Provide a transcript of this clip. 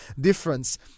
difference